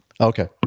Okay